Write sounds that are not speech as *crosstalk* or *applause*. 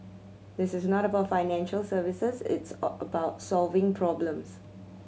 this is not about financial services it's *unintelligible* about solving problems